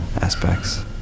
aspects